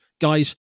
Guys